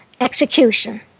execution